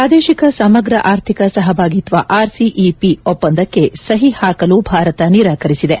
ಪ್ರಾದೇಶಿಕ ಸಮಗ್ರ ಆರ್ಥಿಕ ಸಹಭಾಗಿತ್ಲ ಆರ್ಸಿಇಪಿ ಒಪ್ಪಂದಕ್ಕೆ ಸಹಿ ಹಾಕಲು ಭಾರತ ನಿರಾಕರಿಸಿದೆ